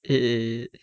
eh eh